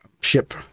ship